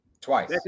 twice